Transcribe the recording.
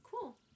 cool